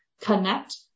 connect